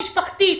משפחתית,